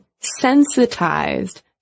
sensitized